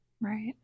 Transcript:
Right